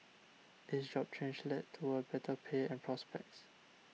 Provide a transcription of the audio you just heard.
each job change led to a better pay and prospects